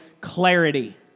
clarity